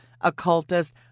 occultist